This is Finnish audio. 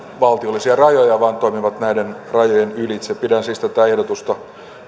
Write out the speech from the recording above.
valtiollisia rajoja vaan toimivat näiden rajojen ylitse pidän siis tätä ehdotusta